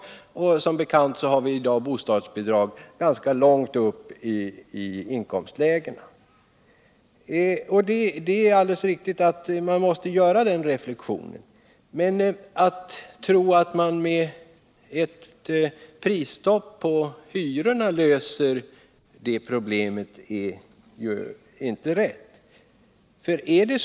Som bekant förekommer detta i dag ganska högt upp i inkomstlägena. Det är alldeles riktigt att man måste göra den reflexionen, men det vore samtidigt fel att tro att man enbart med ett prisstopp på hyrorna skulle lösa det problemet.